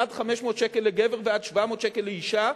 עד 500 שקל לגבר ועד 700 שקל לאשה,